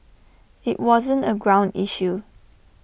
IT wasn't A ground issue